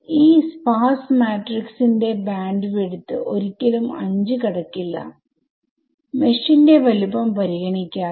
ഈ sparse matrix sparse matrixന്റെ bandwidth ഒരിക്കലും 5 കടക്കില്ല മെഷ് ന്റെ വലുപ്പം പരിഗണിക്കാതെ